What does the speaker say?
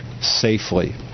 safely